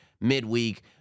midweek